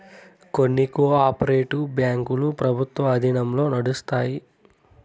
కొన్ని co operative బ్యాంకులు ప్రభుత్వం ఆధీనంలో నడుత్తాయి